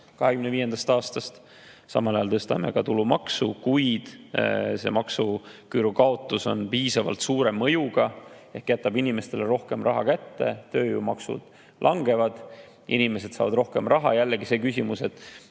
2025. aastast, samal ajal tõstame ka tulumaksu, kuid maksuküüru kaotus on piisavalt suure mõjuga ja jätab inimestele rohkem raha kätte. Tööjõumaksud langevad, inimesed saavad rohkem raha. Jällegi oli küsimus, et